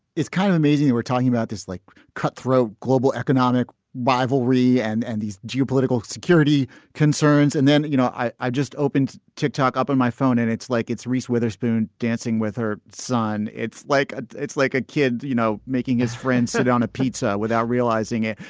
it's kind of amazing we're talking about this like cutthroat global economic rivalry and and these geopolitical security concerns. and then, you know, i i just opened tick-tock up on my phone and it's like it's reese witherspoon dancing with her son. it's like ah it's like a kid, you know, making his friends sit on a pizza without realizing it.